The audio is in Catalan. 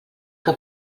que